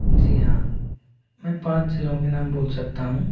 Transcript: जी हाँ मैं पाँच ज़िलों के नाम बोल सकता हूँ